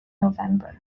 november